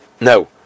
No